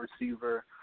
receiver